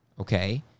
okay